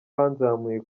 banzamuye